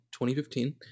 2015